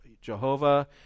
Jehovah